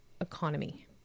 economy